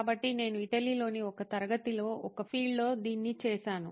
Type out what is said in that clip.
కాబట్టి నేను ఇటలీలోని ఒక తరగతిలో ఒక ఫీల్డ్లో దీన్ని చేసాను